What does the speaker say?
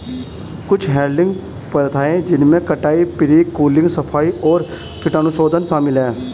कुछ हैडलिंग प्रथाएं जिनमें कटाई, प्री कूलिंग, सफाई और कीटाणुशोधन शामिल है